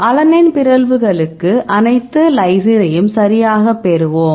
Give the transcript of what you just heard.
alanine பிறழ்வுகளுக்கு அனைத்து லைசினையும் சரியாகப் பெறுவோம்